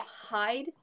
hide